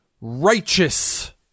righteous